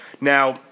Now